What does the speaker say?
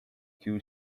two